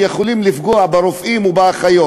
יכולים לפגוע ברופאים ובאחיות?